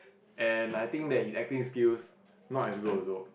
and I think that his acting skills not as good also